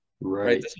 Right